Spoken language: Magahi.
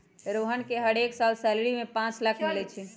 रोहन के हरेक साल सैलरी में पाच लाख मिलई छई